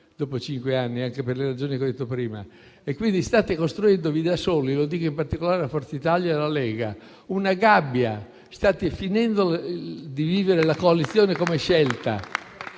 dopo cinque anni, anche per le ragioni che ho detto prima. Perciò, vi state costruendo da soli una gabbia - lo dico in particolare a Forza Italia e alla Lega - e state finendo di vivere la coalizione come scelta.